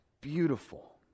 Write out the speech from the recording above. beautiful